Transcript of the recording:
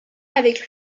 avec